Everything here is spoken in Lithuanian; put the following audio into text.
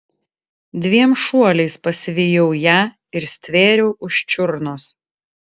dviem šuoliais pasivijau ją ir stvėriau už čiurnos